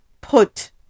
put